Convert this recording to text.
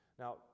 Now